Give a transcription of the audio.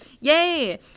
Yay